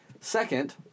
Second